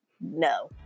no